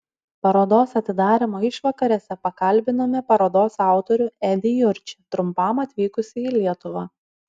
parodos atidarymo išvakarėse pakalbinome parodos autorių edį jurčį trumpam atvykusį į lietuvą